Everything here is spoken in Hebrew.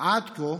עד כה